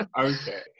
Okay